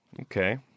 Okay